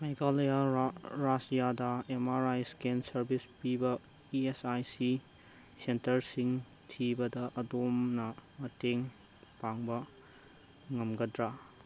ꯃꯦꯘꯂꯌꯥ ꯔꯥꯏꯖ꯭ꯌꯥꯗ M R I scan service ꯄꯤꯕ E S I C ꯁꯦꯟꯇꯔꯁꯤꯡ ꯊꯤꯕꯗ ꯑꯗꯣꯝꯅ ꯃꯇꯦꯡ ꯄꯥꯡꯕ ꯉꯝꯒꯗ꯭ꯔꯥ